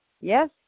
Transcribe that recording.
yes